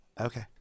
Okay